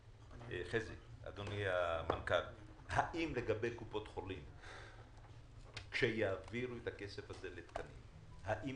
אדוני המנכ"ל, כשיעבירו את הכסף הזה לתקנים, האם